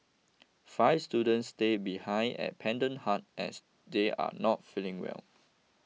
five students stay behind at Pendant Hut as they are not feeling well